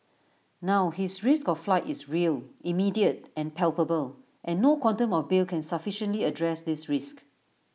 now his risk of flight is real immediate and palpable and no quantum of bail can sufficiently address this risk